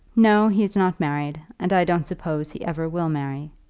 no he's not married, and i don't suppose he ever will marry.